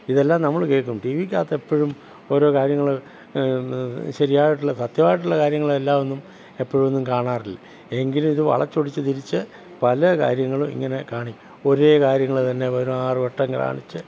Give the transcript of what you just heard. ഇതെല്ലാം നമ്മൾ കേൾക്കും ടി വിക്കകത്ത് എപ്പോഴും ഓരോ കാര്യങ്ങൾ ശരിയായിട്ടുള്ള സത്യമായിട്ടുള്ള കാര്യങ്ങളെല്ലാം ഒന്നും എപ്പോഴൊന്നും കാണാറില്ല എങ്കിലും ഇത് വളച്ചൊടിച്ച് തിരിച്ച് പല കാര്യങ്ങളും ഇങ്ങനെ കാണി ഒരേ കാര്യങ്ങൾ തന്നെ പതിനാറ് വട്ടം കാണിച്ച്